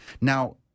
Now